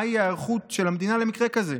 מהי ההיערכות של המדינה למקרה כזה?